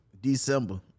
December